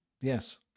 Yes